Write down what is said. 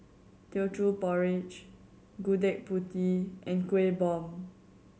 Teochew Porridge Gudeg Putih and Kueh Bom